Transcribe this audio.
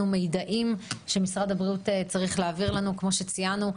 מידעים שמשרד הבריאות צריך להעביר לנו כמו שציינו,